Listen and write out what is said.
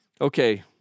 Okay